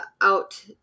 out